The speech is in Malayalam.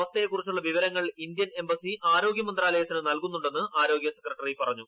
അവസ്ഥയെക്കുറിച്ചുള്ള വിവരങ്ങൾ ഇന്ത്യൻ എംബസി ആരോഗ്യ മന്ത്രാലയത്തിന് നൽകുന്നുണ്ടെന്ന് ആരോഗൃ സെക്രട്ടറി പറഞ്ഞു